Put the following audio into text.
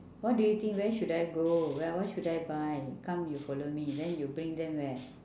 what do you think where should I go where what should I buy come you follow me then you bring them where